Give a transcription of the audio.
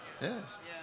Yes